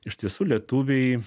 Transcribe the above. iš tiesų lietuviai